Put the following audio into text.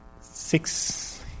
six